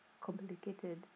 complicated